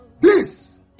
Please